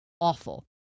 awful